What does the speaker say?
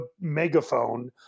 megaphone